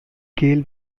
gael